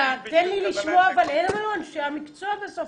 תן לי לשמוע, אבל אלה אנשי המקצוע בסוף.